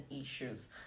issues